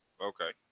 okay